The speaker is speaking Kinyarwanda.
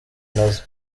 nazo